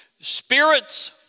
Spirit's